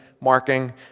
marking